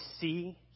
see